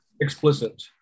explicit